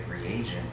reagent